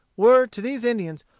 were, to these indians,